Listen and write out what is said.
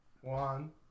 One